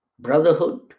Brotherhood